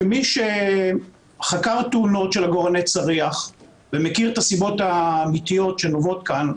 כמי שחקר תאונות של עגורני צריח ומכיר את הסיבות האמתיות שנובעות כאן,